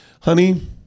honey